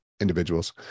individuals